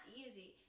easy